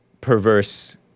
perverse